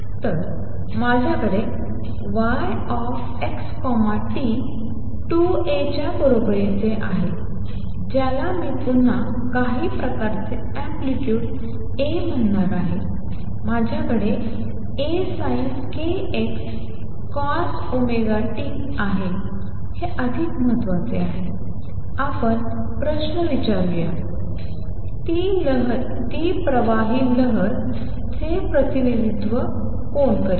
तर माझ्याकडे yxt 2 A च्या बरोबरीचे आहे ज्याला मी पुन्हा काही प्रकारचे अँप्लितुड A म्हणणार आहे माझ्याकडे ASinkxCosωt आहे हे अधिक महत्वाचे आहे आपण प्रश्न विचारूया ती प्रवाही लहरीचे प्रतिनिधित्व करते का